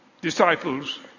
Disciples